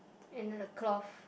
and the cloth